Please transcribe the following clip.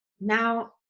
Now